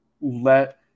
Let –